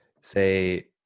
say